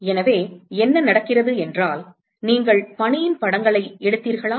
எனவே என்ன நடக்கிறது என்றால் நீங்கள் பனியின் படங்களை எடுத்தீர்களா